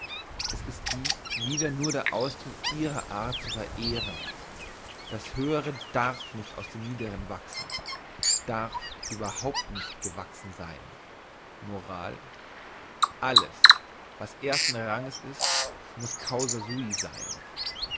es ist dies wieder nur der ausdruck ihrer art zu verehren das höhere darf nicht aus dem niederen wachsen darf überhaupt nicht gewachsen sein moral alles was ersten ranges ist muss causa sui sein